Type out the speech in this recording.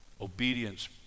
Obedience